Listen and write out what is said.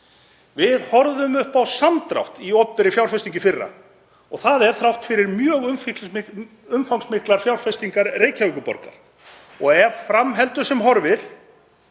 Við horfðum upp á samdrátt í opinberri fjárfestingu í fyrra og það er þrátt fyrir mjög umfangsmiklar fjárfestingar Reykjavíkurborgar. Ef fram heldur sem horfir